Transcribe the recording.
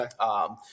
Okay